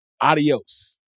adios